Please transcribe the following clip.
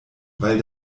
weil